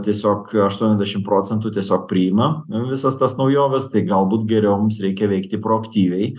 tiesiog aštuoniasdešim procentų tiesiog priima visas tas naujoves tai galbūt geriau mums reikia veikti proaktyviai